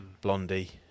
Blondie